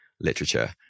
literature